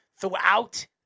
throughout